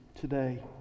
today